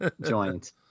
joint